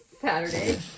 Saturday